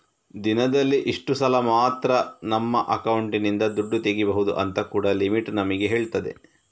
ದಿನದಲ್ಲಿ ಇಷ್ಟು ಸಲ ಮಾತ್ರ ನಮ್ಮ ಅಕೌಂಟಿನಿಂದ ದುಡ್ಡು ತೆಗೀಬಹುದು ಅಂತ ಕೂಡಾ ಲಿಮಿಟ್ ನಮಿಗೆ ಹೇಳ್ತದೆ